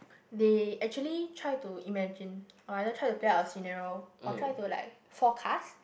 they actually try to imagine or either try to play our scenario or try to like forecast